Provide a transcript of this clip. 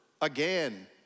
again